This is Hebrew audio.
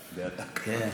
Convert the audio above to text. כן.